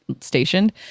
stationed